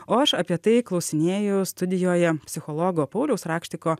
o aš apie tai klausinėju studijoje psichologo pauliaus rakštiko